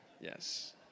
Yes